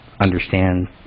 understand